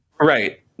Right